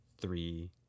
three